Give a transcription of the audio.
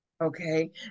Okay